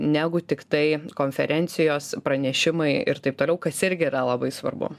negu tiktai konferencijos pranešimai ir taip toliau kas irgi yra labai svarbu